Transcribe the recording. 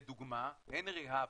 לדוגמה Henry hub,